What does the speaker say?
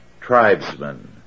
tribesmen